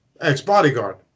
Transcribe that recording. ex-bodyguard